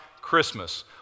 Christmas